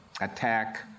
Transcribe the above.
attack